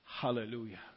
Hallelujah